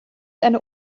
eine